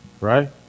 right